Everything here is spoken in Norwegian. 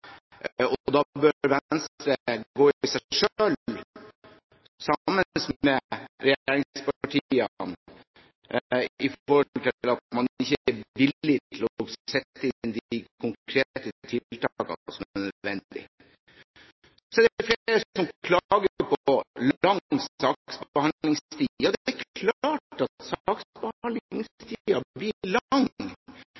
villig til å sette inn de konkrete tiltakene som er nødvendig. Så er det flere som klager på lang saksbehandlingstid. Det er klart at